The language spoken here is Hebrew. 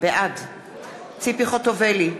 בעד ציפי חוטובלי,